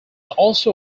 also